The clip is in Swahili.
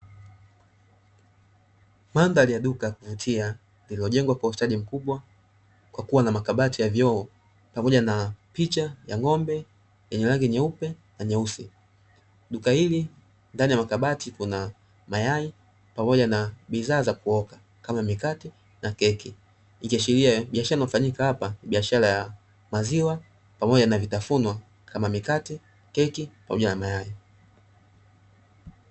Mandhari ya duka ya kuvutia lililojengwa kwa ustadi mkubwa kwa kuwa na makabati ya vioo pamoja na picha ya ng'ombe yenye rangi nyeupe na nyeusi. Duka hili ndani ya makabati kuna mayai pamoja na bidhaa za kuoka kama mikate na keki, ikiashiria biashara inayofanyika hapa ni biashara ya maziwa pamoja na vitafunwa kama mikate, keki pamoja na mayai.